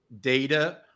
data